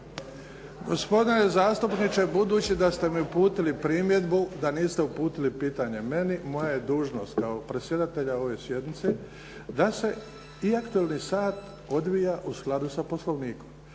se ne razumije zbog najave./ … primjedbu da niste uputili pitanje meni, moja je dužnost kao predsjedatelja ove sjednice da se i aktualni sat odvija u skladu sa Poslovnikom.